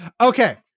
Okay